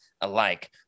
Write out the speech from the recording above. alike